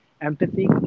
empathy